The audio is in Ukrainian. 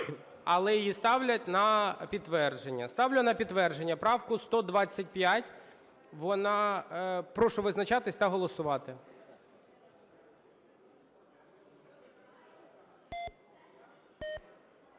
Але її ставлять на підтвердження. Ставлю на підтвердження правку 125. Прошу визначатись та голосувати.